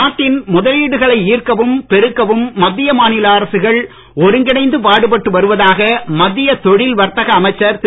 நாட்டில் முதலீடுகளை சர்க்கவும் பெருக்கவும் மத்திய மாநில அரசுகள் ஒருங்கிணைந்து பாடுபட்டு வருவதாக மத்திய தொழில் வர்த்தக அமைச்சர் திரு